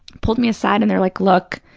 pulled me aside and they're like, look,